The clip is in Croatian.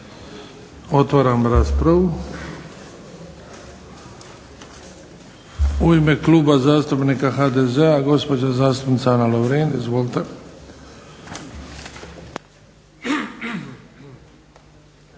Otvaram raspravu. U ime Kluba zastupnika HDZ-a gospođa zastupnica Ana Lovrin. Izvolite.